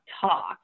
talk